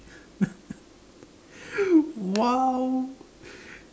!wow!